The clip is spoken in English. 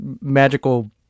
magical